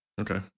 Okay